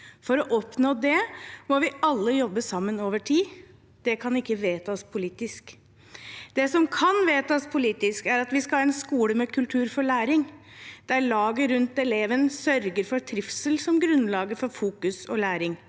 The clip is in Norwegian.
For å oppnå det må vi alle jobbe sammen over tid – det kan ikke vedtas politisk. Det som kan vedtas politisk, er at vi skal ha en skole med kultur for læring, der laget rundt eleven sørger for trivsel som grunnlag for fokus og læring,